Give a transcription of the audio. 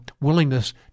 willingness